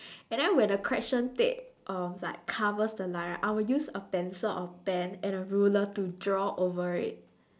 and then when the correction tape um like covers the line right I will use a pencil or pen and a ruler to draw over it